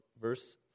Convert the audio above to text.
verse